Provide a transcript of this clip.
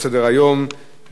הישיבה הבאה תתקיים,